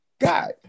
God